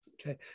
Okay